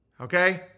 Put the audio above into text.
Okay